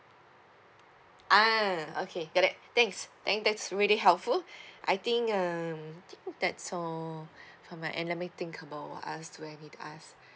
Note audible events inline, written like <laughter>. ah okay got it thanks thank that's really helpful <breath> I think um I think that's all <breath> for my and let me think about ask when it ask <breath>